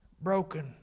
broken